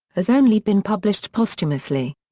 has only been published posthumously.